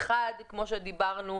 אחד כמו שדיברנו,